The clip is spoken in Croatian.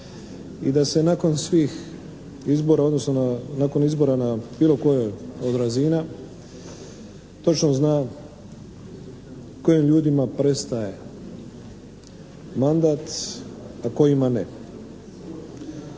i da se nakon svih izbora odnosno nakon izbora na bilo kojoj od razina točno zna kojim ljudima prestaje mandat a kojima ne.